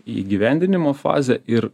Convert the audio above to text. į įgyvendinimo fazę ir